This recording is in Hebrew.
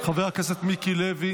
חברת הכנסת טלי גוטליב,